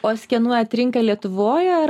o skenuojat rinką lietuvoj ar